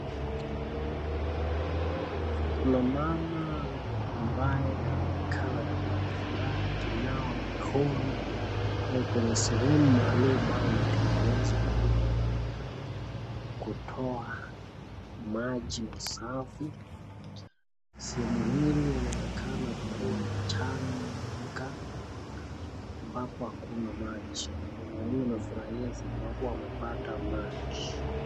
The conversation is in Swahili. Kuna mama ambae anaonekana kuwa na furaha akinawa mikono kwenye sehemu maalum ambaye imetegenzwa hili kutoa maji masafi ,sehemu hili inaonekana kuwa changa ambapo hakuna maji. Mama huyu amefurahia sababu amepata maji.